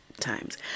Times